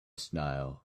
style